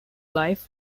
life